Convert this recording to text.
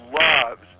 loves